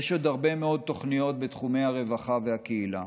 יש עוד הרבה מאוד תוכניות בתחומי הרווחה והקהילה.